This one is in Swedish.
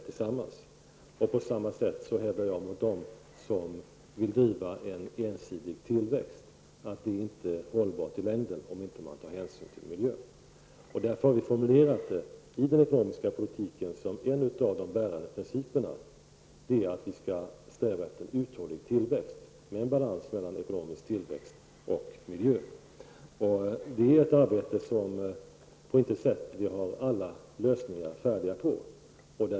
Jag hävdar på samma sätt mot dem som vill driva en ensidig tillväxt att detta inte är hållbart i längden om man inte tar hänsyn till miljön. Därför har vi formulerat som en av de bärande principerna i den ekonomiska politiken att vi skall sträva efter en uthållig tillväxt med en balans mellan ekonomisk tillväxt och miljön. Detta är ett arbete där vi på intet sätt har alla lösningar färdiga.